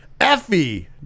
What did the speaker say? Effie